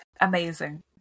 Amazing